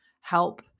help